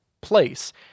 place